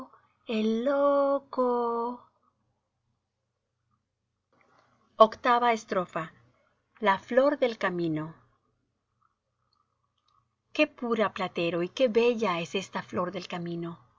el io co viii la flor del camino qué pura platero y qué bella es esta flor del camino